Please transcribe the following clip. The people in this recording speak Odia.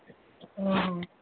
ହଁ